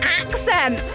accent